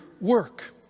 work